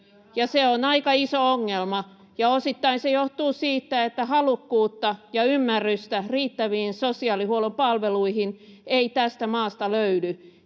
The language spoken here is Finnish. se on aika iso ongelma. — Osittain se johtuu siitä, että halukkuutta ja ymmärrystä riittäviin sosiaalihuollon palveluihin ei tästä maasta löydy,